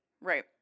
Right